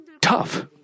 tough